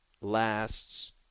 lasts